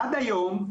עד היום,